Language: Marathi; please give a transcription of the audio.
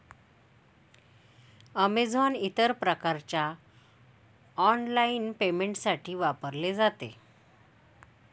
अमेझोन इतर प्रकारच्या ऑनलाइन पेमेंटसाठी वापरले जाते